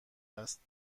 است